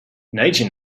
nature